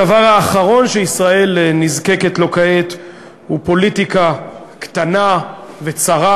הדבר האחרון שישראל נזקקת לו כעת הוא פוליטיקה קטנה וצרה.